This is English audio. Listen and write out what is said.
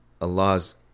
Allah's